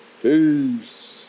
Peace